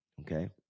okay